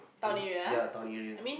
any ya town area